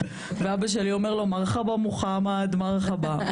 ואבא שלי אומר לו מרחבה מוחמד מרחבה,